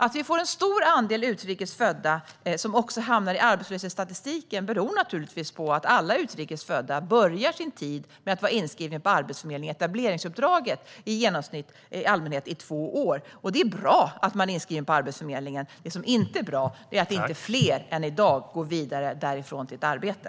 Att en stor andel utrikes födda hamnar i arbetslöshetsstatistiken beror naturligtvis på att alla utrikes födda börjar sin tid med att vara inskrivna i Arbetsförmedlingen i etableringsuppdraget, i allmänhet i genomsnitt under två års tid. Det är bra att de är inskrivna på Arbetsförmedlingen. Det som inte är bra i dag är att inte fler går vidare därifrån till ett arbete.